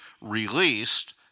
released